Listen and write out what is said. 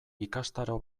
ikastaro